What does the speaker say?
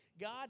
God